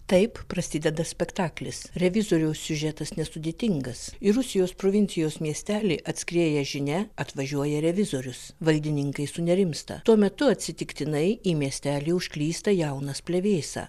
taip prasideda spektaklis revizoriaus siužetas nesudėtingas ir rusijos provincijos miestely atskrieja žinia atvažiuoja revizorius valdininkai sunerimsta tuo metu atsitiktinai į miestelį užklysta jaunas plevėsa